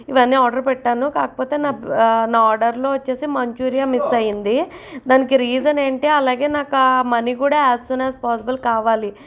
ఇవన్నీ ఆర్డర్ పెట్టాను కాకపోతే నా నా ఆర్డర్లో వచ్చి మంచూరియా మిస్ అయింది దానికి రీసన్ ఏంటి అలాగే నాకా మనీ కూడా యాస్ సూన్ యాస్ పాసిబుల్ కావాలి